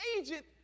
agent